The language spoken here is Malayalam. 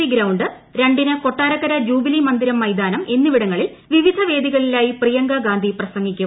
സി ഗ്രൌണ്ട് രണ്ടിന് കൊട്ടാരക്കര ജൂബിലി മന്ദിരം മൈതാനം എന്നിവിടങ്ങളിൽ വിവിധ വേദികളിലായി പ്രിയങ്കാഗാന്ധി പ്രസംഗിക്കും